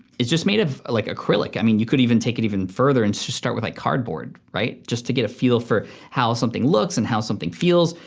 is just made of like acrylic. i mean you could even take it even further and just start with like cardboard, right? just to get a feel for how something looks and how something feels.